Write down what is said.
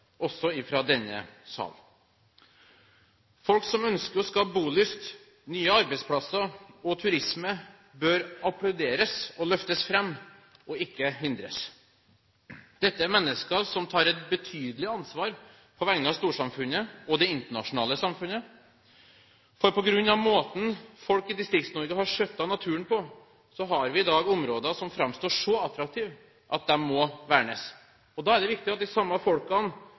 også fra denne salen. Folk som ønsker å skape bolyst, nye arbeidsplasser og turisme, bør applauderes og løftes fram, ikke hindres. Dette er mennesker som tar et betydelig ansvar på vegne av storsamfunnet og det internasjonale samfunnet. På grunn av måten folk i Distrikts-Norge har skjøttet naturen på, har vi i dag områder som framstår så attraktive at de må vernes. Da er det viktig at de samme folkene